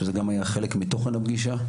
וזה גם היה חלק מתוכן הפגישה,